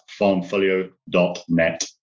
farmfolio.net